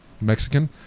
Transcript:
Mexican